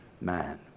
man